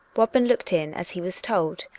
robin looked in, as he was told,